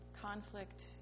conflict